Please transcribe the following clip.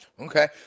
Okay